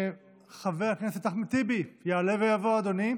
חבר הכנסת אחמד טיבי, יעלה ויבוא אדוני.